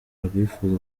abifuza